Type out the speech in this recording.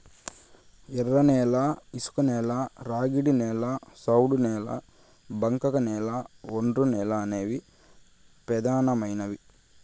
ఎర్రనేల, ఇసుకనేల, ర్యాగిడి నేల, సౌడు నేల, బంకకనేల, ఒండ్రునేల అనేవి పెదానమైనవి